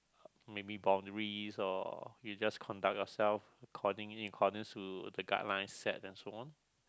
maybe boundaries or you just conduct yourself according in accordance to the guidelines set and so on